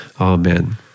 Amen